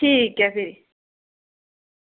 ठीक ऐ फिर